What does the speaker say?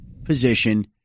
position